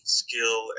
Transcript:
skill